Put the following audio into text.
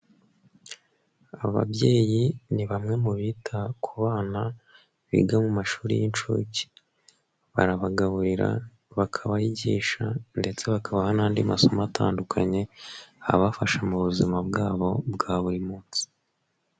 Ababyeyi ni bamwe mu bita ku bana biga mu mashuri y'inshuke . Barabagaburira, bakabigisha ndetse bakabaha n'andi masomo atandukanye abafasha mu buzima bwabo bwa buri munsi.